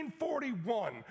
1941